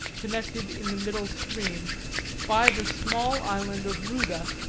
connected in the middle stream by the small island of rouda,